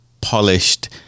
polished